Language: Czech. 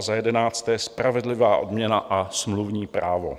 Za jedenácté, spravedlivá odměna a smluvní právo.